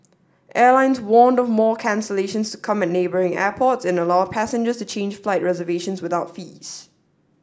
airlines warned of more cancellations to come at neighbouring airports and allowed passengers to change flight reservations without fees